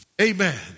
Amen